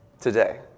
today